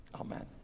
amen